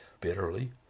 bitterly